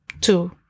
two